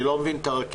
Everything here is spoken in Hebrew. אני לא מבין את הרכבת,